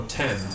ten